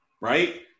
right